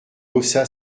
haussa